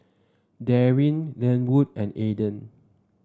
Daryn Lenwood and Aaden